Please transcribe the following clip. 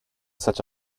such